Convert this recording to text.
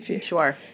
Sure